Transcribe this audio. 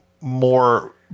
more